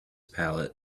palate